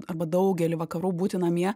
arba daugelį vakarų būti namie